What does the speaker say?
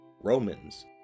Romans